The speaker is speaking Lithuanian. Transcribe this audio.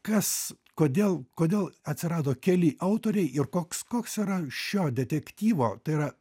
kas kodėl kodėl atsirado keli autoriai ir koks koks yra šio detektyvo tai yra